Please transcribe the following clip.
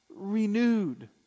renewed